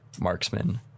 marksman